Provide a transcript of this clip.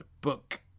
book